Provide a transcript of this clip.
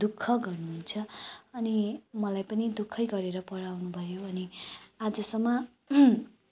दुःख गर्नुहुन्छ अनि मलाई पनि दुःखै गरेर पढाउनुभयो अनि आजसम्म